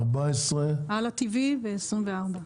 14. הלא טי.וי ו-24.